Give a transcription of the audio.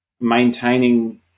maintaining